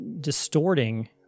distorting